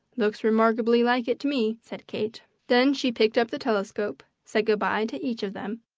looks remarkably like it to me, said kate. then she picked up the telescope, said good-bye to each of them,